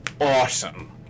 awesome